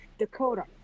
Dakota